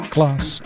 Class